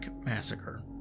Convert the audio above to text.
Massacre